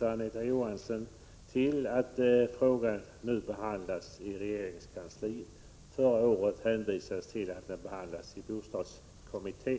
Anita Johansson hänvisar till att frågan nu behandlas i regeringens kansli. Förra året hänvisades det till att den behandlades i bostadskommittén.